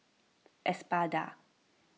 Espada